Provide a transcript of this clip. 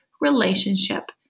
relationship